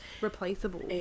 replaceable